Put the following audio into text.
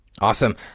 Awesome